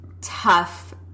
tough